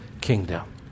kingdom